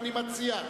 לא נתקבלה.